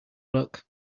luck